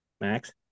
Max